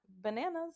bananas